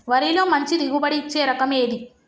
వరిలో మంచి దిగుబడి ఇచ్చే రకం ఏది?